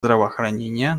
здравоохранения